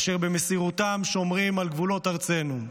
אשר במסירותם שומרים על גבולות ארצנו.